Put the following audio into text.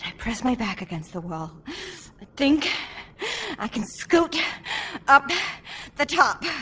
press my back against the wall, i think i can scoot up the top